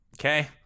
okay